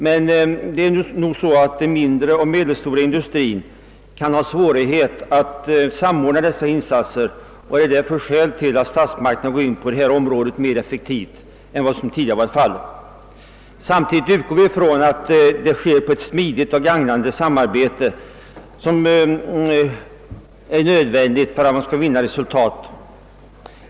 Men den mindre och medelstora industrin kan ha svårigheter att samordna insatserna, och det är ett skäl till att statsmakterna nu går in på detta område mer effektivt än tidigare. Samtidigt utgår vi från att ett smidigt och gagnande samarbete äger rum; det är nödvändigt för att resultat skall kunna vinnas.